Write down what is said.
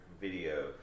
video